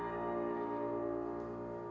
oh